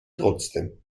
trotzdem